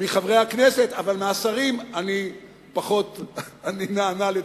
מחברי הכנסת, אבל מהשרים אני נענה על ציפיותי.